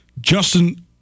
Justin